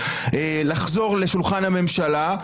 לחזור לשולחן הממשלה.